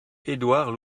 édouard